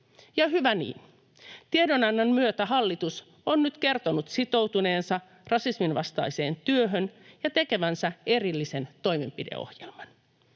Ja hyvä niin: tiedonannon myötä hallitus on nyt kertonut sitoutuneensa rasismin vastaiseen työhön ja tekevänsä erillisen toimenpideohjelman.